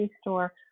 store